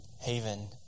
Haven